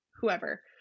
whoever